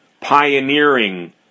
pioneering